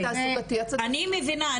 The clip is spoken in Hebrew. אני מבינה,